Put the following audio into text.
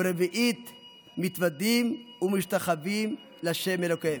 ורבעית מתודים ומשתחוים לה' אלהיהם".